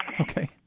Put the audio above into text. Okay